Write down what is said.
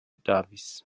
davis